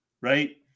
right